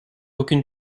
aucune